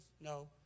No